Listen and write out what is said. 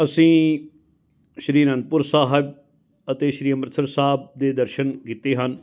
ਅਸੀਂ ਸ਼੍ਰੀ ਅਨੰਦਪੁਰ ਸਾਹਿਬ ਅਤੇ ਸ਼੍ਰੀ ਅੰਮ੍ਰਿਤਸਰ ਸਾਹਿਬ ਦੇ ਦਰਸ਼ਨ ਕੀਤੇ ਹਨ